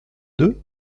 deux